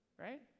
right